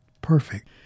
Perfect